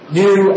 new